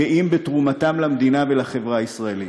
גאים בתרומתם למדינה ולחברה הישראלית.